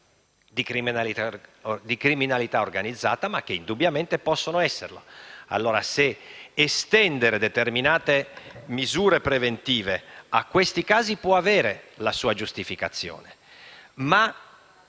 di criminalità organizzata, indubbiamente possono esserlo, e quindi estendere determinate misure preventive a tali casi può avere una sua giustificazione. Ma